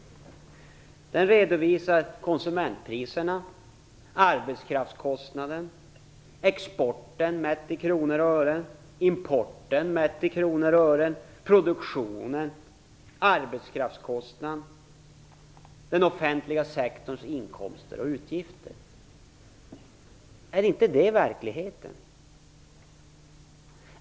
Ja, den redovisar konsumentpriserna, arbetskraftskostnaden, exporten och importen mätt i kronor och ören, produktionen, den offentliga sektorns inkomster och utgifter. Är inte det verkligheten?